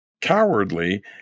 cowardly